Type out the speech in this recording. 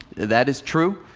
that is true.